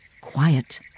quiet